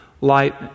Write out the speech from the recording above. light